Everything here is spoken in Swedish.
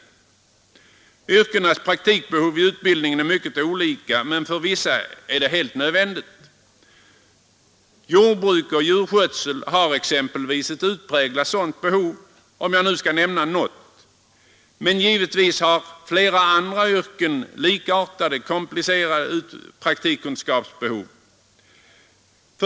Behovet av praktik i utbildningen är mycket olika för olika yrken, men för vissa yrken är det helt nödvändigt med praktik. Jordbruk och djurskötsel har exempelvis ett utpräglat sådant behov, men givetvis finns det inom flera andra yrken ett likartat behov av praktikkunskap.